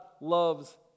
loves